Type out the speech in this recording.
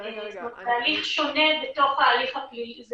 זה שלב שונה בתוך אותו הליך פלילי.